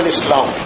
Islam